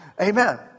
Amen